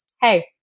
hey